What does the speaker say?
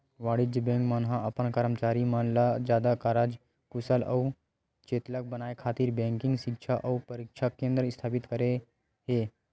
वाणिज्य बेंक मन ह अपन करमचारी मन ल जादा कारज कुसल अउ चेतलग बनाए खातिर बेंकिग सिक्छा अउ परसिक्छन केंद्र इस्थापित करे हे